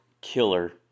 killer